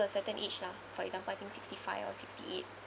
to a certain age lah for example I think sixty-five or sixty-eight